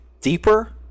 deeper